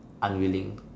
unwilling